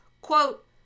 Quote